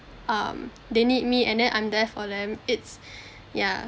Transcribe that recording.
um they need me and then I'm there for them it's yeah